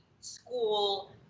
school